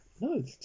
No